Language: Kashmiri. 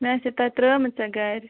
مےٚ آسہے تَتہِ ترٲومٕژ ژےٚ گَرِ